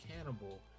cannibal